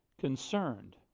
concerned